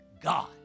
God